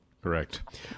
Correct